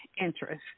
interest